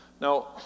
Now